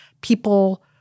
people